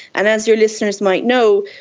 and as your listeners might know,